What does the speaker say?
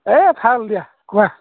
এ ভাল দিয়া কোৱা